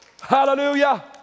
Hallelujah